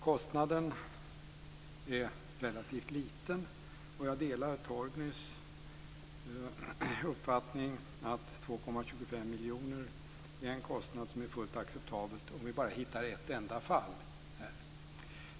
Kostnaden är relativt liten, och jag delar Torgnys uppfattning att 2,25 miljoner är en kostnad som är fullt acceptabel om man bara hittar ett enda fall.